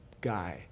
guy